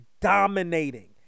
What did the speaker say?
dominating